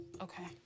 Okay